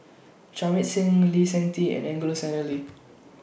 Jamit Singh Lee Seng Tee and Angelo Sanelli